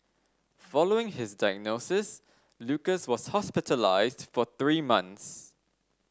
following his diagnosis Lucas was hospitalised for three months